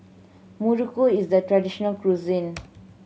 muruku is the traditional cuisine